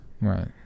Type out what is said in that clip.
Right